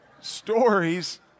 Stories